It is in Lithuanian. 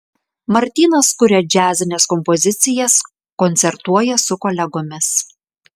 martynas kuria džiazines kompozicijas koncertuoja su kolegomis